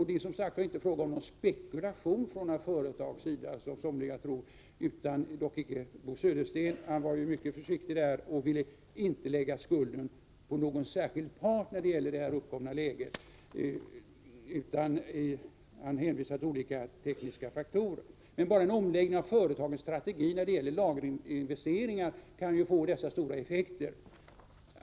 Det är som sagt var inte fråga om någon spekulation från företagens sida, vilket somliga tycks tro, dock icke Bo Södersten. Han var mycket försiktig och ville inte lägga skulden för det uppkomna läget på någon särskild part. Han hänvisade i stället till olika tekniska faktorer. Men bara en omläggning av företagens strategi när det gäller lagerinvesteringar kan få dessa stora effekter.